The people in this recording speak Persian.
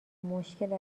مشکل